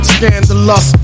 Scandalous